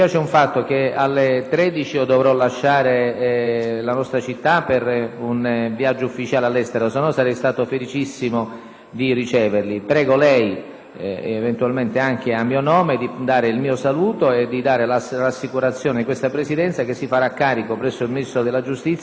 viaggio ufficiale all'estero, altrimenti sarei stato felicissimo di riceverli. Prego lei, eventualmente anche a mio nome, di porgere loro il mio saluto e di dare la rassicurazione che questa Presidenza si farà carico presso il Ministro della giustizia di chiedere immediata risposta.